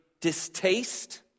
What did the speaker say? distaste